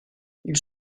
ils